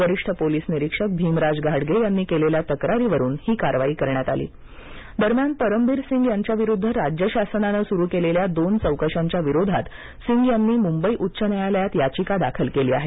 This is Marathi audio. वरिष्ठ पोलीस निरीक्षक भिमराज घाडगे यांनी केलेल्या तक्रारीवरून ही कारवाई करण्यात आली सिंग याचिका दरम्यान परमबीर सिंग यांच्याविरुद्ध राज्यशासनानं सुरु केलेल्या दोन चौकश्यांच्या विरोधात सिंग यांनी मुंबई उच्च न्यायालयात याचिका दाखल केली आहे